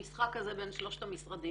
המשחק הזה בין שלושת המשרדים,